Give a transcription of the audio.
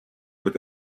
with